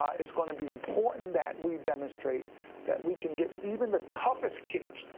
it's going to be important that we demonstrate that we can get even the toughest kids